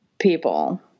people